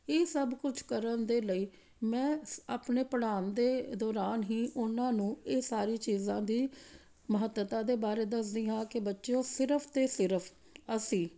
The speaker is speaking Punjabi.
ਇਹ ਸਭ ਕੁਛ ਕਰਨ ਦੇ ਲਈ ਮੈਂ ਸ ਆਪਣੇ ਪੜ੍ਹਾਉਣ ਦੇ ਦੌਰਾਨ ਹੀ ਓਹਨਾਂ ਨੂੰ ਇਹ ਸਾਰੀ ਚੀਜ਼ਾਂ ਦੀ ਮਹੱਤਤਾ ਦੇ ਬਾਰੇ ਦੱਸਦੀ ਹਾਂ ਕਿ ਬੱਚਿਓ ਸਿਰਫ ਅਤੇ ਸਿਰਫ ਅਸੀਂ